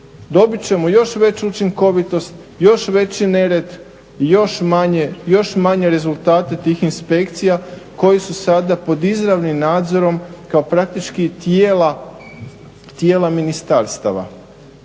Dobit ćemo još veću učinkovitost, još veći nered, još manje rezultate tih inspekcija koji su sada izravnim nadzorom kao praktički tijela ministarstava.